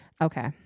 okay